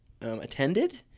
attended